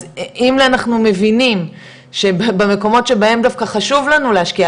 אז אם אנחנו מבינים שמקומות שבהם דווקא חשוב לנו להשקיע,